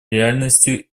реальностью